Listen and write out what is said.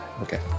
Okay